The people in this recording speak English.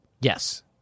Yes